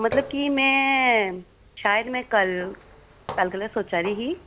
मतलब कि में शायद में कल कल कोलूं सोचै दी ही